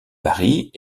paris